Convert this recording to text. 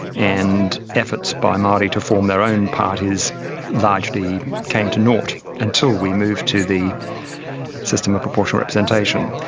and efforts by maori to form their own parties largely came to nought until we moved to the system of proportional representation.